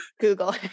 Google